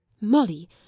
Molly